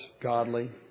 godly